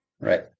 Right